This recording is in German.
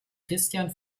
christian